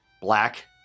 black